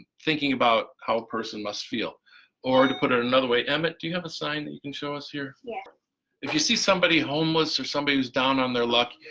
thinking about how a person must feel or, to put it another way, emmett do you have a sign that you can show us here? if you see somebody homeless, or somebody who's down on their luck,